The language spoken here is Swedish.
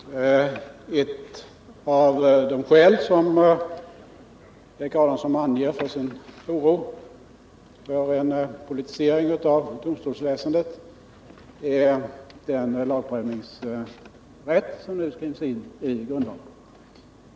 Herr talman! Ett av de skäl som Erik Adamsson anger för sin oro för en politisering av domstolsväsendet är den lagprövningsrätt som nu skrivs in i grundlagen.